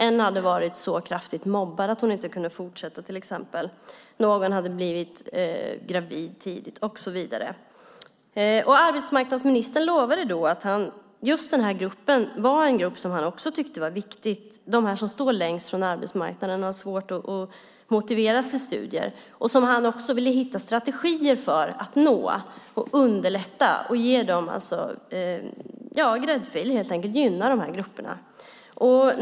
En hade varit så kraftigt mobbad att hon inte kunde fortsätta. Någon hade blivit gravid tidigt. Just den gruppen var en grupp som också arbetsmarknadsministern tyckte var viktig, de som står längst från arbetsmarknaden och har svårt att motiveras till studier. Han ville hitta strategier för att nå dem, underlätta för dem och ge dem en gräddfil. Han ville gynna den gruppen.